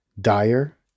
dire